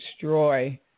destroy